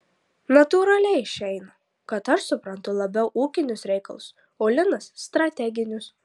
natūraliai išeina kad aš suprantu labiau ūkinius reikalus o linas strateginius